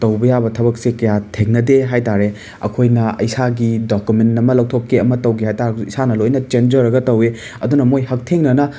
ꯇꯧꯕ ꯌꯥꯕ ꯊꯕꯛꯁꯦ ꯀꯌꯥ ꯊꯦꯡꯅꯗꯦ ꯍꯥꯏꯇꯔꯦ ꯑꯩꯈꯣꯏꯅ ꯏꯁꯥꯒꯤ ꯗꯣꯀꯨꯃꯦꯟ ꯑꯃ ꯂꯧꯊꯣꯛꯀꯦ ꯑꯃ ꯇꯧꯒꯦ ꯍꯥꯏꯇꯥꯔꯒꯁꯨ ꯏꯁꯥꯅ ꯂꯣꯏꯅ ꯆꯦꯟꯖꯔꯒ ꯇꯧꯋꯤ ꯑꯗꯨꯅ ꯃꯣꯏ ꯍꯛꯊꯦꯡꯅꯅ